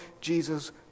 Jesus